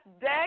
day